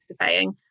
surveying